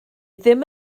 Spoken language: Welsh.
ddim